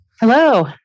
Hello